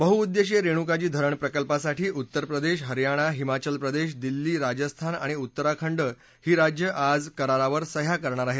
बहुउद्देशीय रेणुकाजी धरण प्रकल्पासाठी उत्तर प्रदेश हरयाना हिमाचल प्रदेश दिल्ली राजस्थान आणि उत्तराखंड या ही राज्यं आज करारावर सह्या करणार आहेत